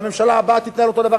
והממשלה הבאה תתנהל אותו הדבר,